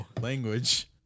language